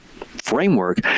framework